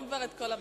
אם כבר את כל הבית.